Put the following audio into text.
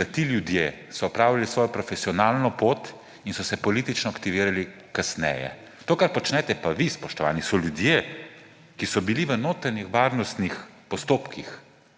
da ti ljudje so opravili svojo profesionalno pot in so se politično aktivirali kasneje. To, kar počnete pa vi, spoštovani, so ljudje, ki so bili v notranjih varnostnih postopkih,